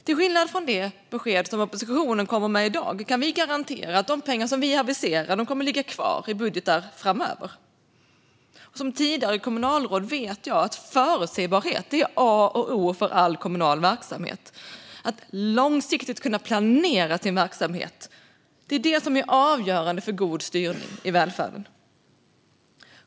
Till skillnad från det besked som oppositionen kommer med i dag kan vi garantera att de pengar vi aviserar kommer att ligga kvar i budgetar framöver. Som tidigare kommunalråd vet jag att förutsägbarhet är A och O för all kommunal verksamhet. Att kunna planera verksamheten långsiktigt är avgörande för god styrning i välfärden.